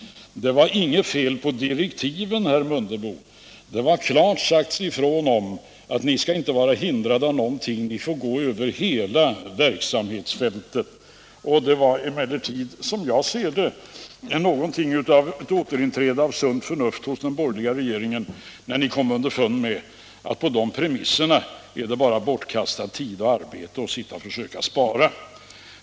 Det var inget fel på direktiven, herr Mundebo. Där hade klart sagts ifrån att utredningen inte skulle vara hindrad av någonting utan gå över hela verksamhetsfältet. Det var emellertid, som jag ser det, något av ett återinträde av sunt förnuft hos den borgerliga regeringen, när den kom underfund med att på de föreliggande premisserna är det bara bortkastad tid att sitta och försöka spara.